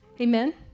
amen